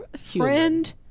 friend